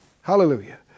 Hallelujah